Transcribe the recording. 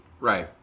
right